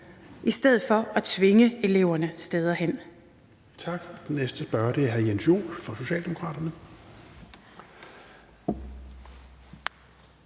i stedet for at tvinge eleverne steder hen.